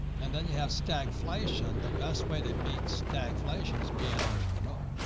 and then you have stagflation. the best way to beat stagflation is be an entrepreneur.